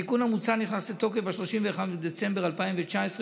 התיקון המוצע ייכנס לתוקף ב-31 בדצמבר 2019,